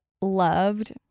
loved